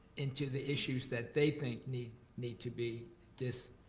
into the issues that they think need need to be discussed,